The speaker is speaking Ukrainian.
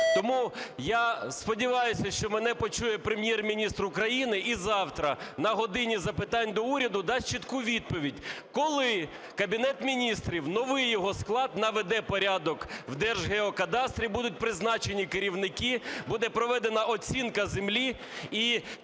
Тому я сподіваюся, що мене почує Прем’єр-міністр України і завтра на "годині запитань до Уряду" дасть чітку відповідь, коли Кабінет Міністрів, новий його склад наведе порядок в Держгеокадастрі і будуть призначені керівники, буде проведена оцінка землі,